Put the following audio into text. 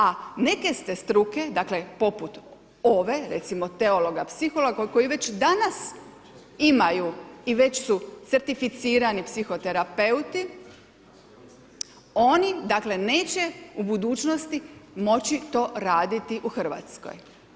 A neke ste struke, dakle poput ove, recimo teologa, psihologa koji već danas imaju i već su certificirani psihoterapeuti, oni neće u budućnosti moći to raditi u Hrvatskoj.